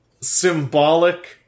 symbolic